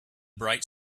bright